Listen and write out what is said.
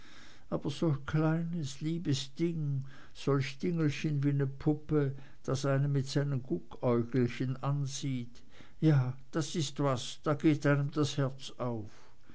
aber solch kleines liebes ding solch dingelchen wie ne puppe das einen mit seinen guckäugelchen ansieht ja das ist was da geht einem das herz auf